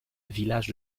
village